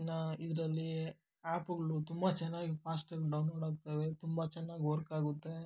ಇನ್ನೂ ಇದರಲ್ಲೀ ಆ್ಯಪ್ಗಳು ತುಂಬ ಚೆನ್ನಾಗಿ ಫಾಸ್ಟಾಗಿ ಡೌನ್ಲೋಡ್ ಆಗ್ತಾವೆ ತುಂಬ ಚೆನ್ನಾಗ್ ವರ್ಕ್ ಆಗುತ್ತೆ